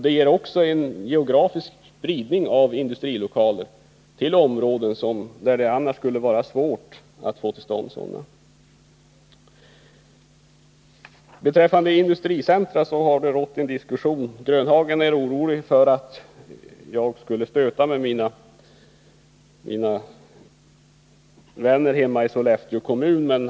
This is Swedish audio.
Det ger också en geografisk spridning av industrilokaler till områden där det annars skulle vara svårt att få till stånd sådana. Nils-Olof Grönhagen uttryckte i diskussionen oro för att jag skulle stöta mig med mina vänner hemma i Sollefteå kommun.